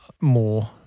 more